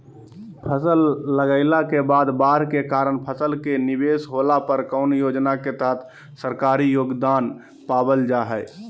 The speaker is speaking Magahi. फसल लगाईला के बाद बाढ़ के कारण फसल के निवेस होला पर कौन योजना के तहत सरकारी योगदान पाबल जा हय?